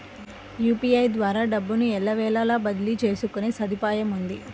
UPI ద్వారా డబ్బును ఎల్లవేళలా బదిలీ చేసుకునే సదుపాయముంది